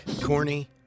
Corny